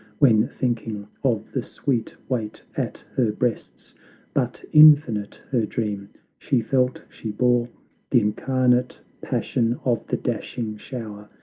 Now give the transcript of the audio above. when thinking of the sweet weight at her breasts but infinite her dream she felt she bore the incarnate passion of the dashing shower,